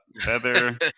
feather